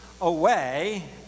away